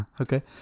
Okay